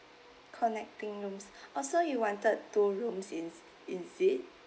connecting rooms oh so you wanted two rooms is is it